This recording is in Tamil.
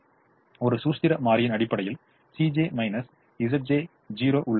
ஒரு சூஸ்திர மாறியின் அடிப்படையில் 0 உள்ளது